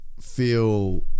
feel